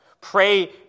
Pray